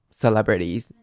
celebrities